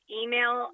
email